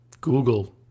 Google